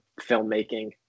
filmmaking